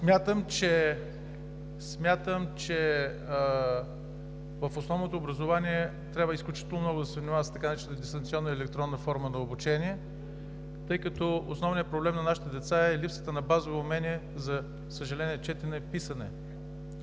Смятам, че в основното образование трябва изключително много да се внимава с така наречената дистанционна и електронна форма на обучение, тъй като основният проблем на нашите деца е липсата на базово умение, за съжаление, четене – писане.